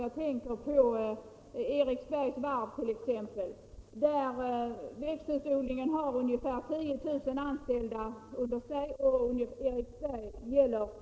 Jag vill än en gång understryka att jag anser att bidrag är bättre för att klara den akuta situationen för trädgårdsodlarna. De har vid en jämförelse med förhållandena i de länder som vi konkurrerar med fått vänta alldeles för länge.